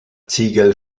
ziegel